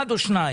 אחת או שתיים,